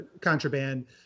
contraband